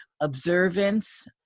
observance